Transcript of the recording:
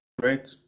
Great